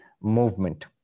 movement